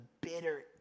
bitter